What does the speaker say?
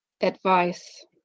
Advice